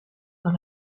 par